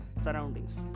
surroundings